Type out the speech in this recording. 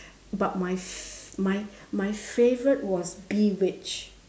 but my f~ my my favourite was bewitched